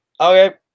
okay